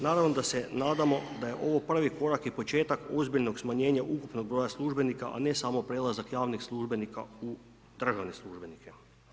Naravno da se nadamo, da je ovo prvi korak i početak ozbiljnog smanjenja ukupnog br. službenika, a ne samo prelazak javnih službenika u državne službenike.